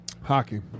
Hockey